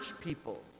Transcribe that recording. people